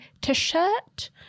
t-shirt